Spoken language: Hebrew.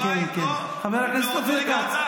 בבקשה, חבר הכנסת אופיר כץ.